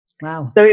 Wow